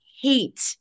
hate